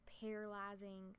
paralyzing